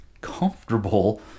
comfortable